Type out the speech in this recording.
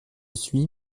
suis